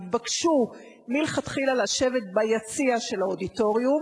התבקשו מלכתחילה לשבת ביציע של האודיטוריום